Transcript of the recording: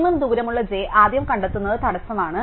minimum ദൂരമുള്ള j ആദ്യം കണ്ടെത്തുന്നത് തടസമാണ്